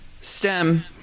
stem